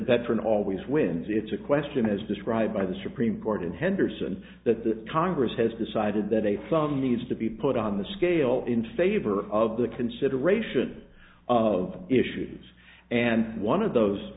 veteran always wins it's a question as described by the supreme court in henderson that the congress has decided that a from needs to be put on the scale in favor of the consideration of issues and one of those